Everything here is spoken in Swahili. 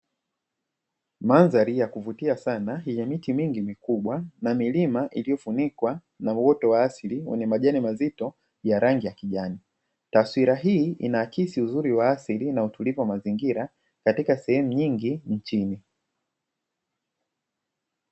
Mandhari ya kuvutia sana yenye miti mingi mikubwa na milima iliyofunikwa na uoto wa asili, wenye majani mazito ya rangi ya kijani. Taswira hii inaakisi uzuri wa asili na utulivu wa mazingira katika sehemu nyingi nchini.